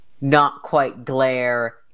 not-quite-glare